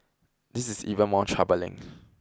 this is even more troubling